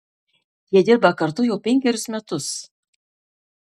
jie dirba kartu jau penkerius metus